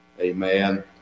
Amen